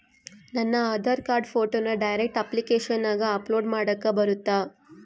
ನನ್ನ ಆಧಾರ್ ಕಾರ್ಡ್ ಫೋಟೋನ ಡೈರೆಕ್ಟ್ ಅಪ್ಲಿಕೇಶನಗ ಅಪ್ಲೋಡ್ ಮಾಡಾಕ ಬರುತ್ತಾ?